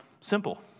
simple